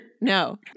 No